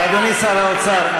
אדוני שר האוצר,